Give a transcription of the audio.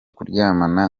kuryamana